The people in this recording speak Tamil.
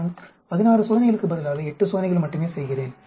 நான் 16 சோதனைகளுக்கு பதிலாக 8 சோதனைகள் மட்டுமே செய்கிறேன்